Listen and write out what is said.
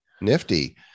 Nifty